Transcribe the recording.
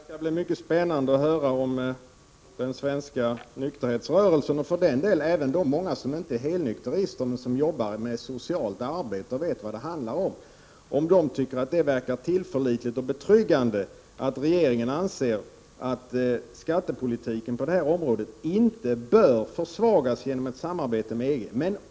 Fru talman! Det skall bli mycket spännande att höra om den svenska nykterhetsrörelsen, och för den delen även de många som inte är helnykterister men som jobbar med socialt arbete och vet vad alkoholpolitiken handlar om, tycker att det verkar tillförlitligt och betryggande att regeringen anser att skattepolitiken på det här området inte bör försvagas genom ett samarbete med EG.